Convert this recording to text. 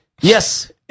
Yes